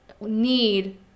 need